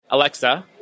Alexa